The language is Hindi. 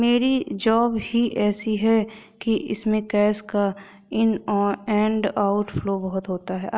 मेरी जॉब ही ऐसी है कि इसमें कैश का इन एंड आउट फ्लो बहुत होता है